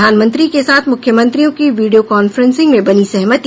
प्रधानमंत्री के साथ मुख्यमंत्रियों की वीडियो कांफ्रेंसिंग में बनी सहमति